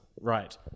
right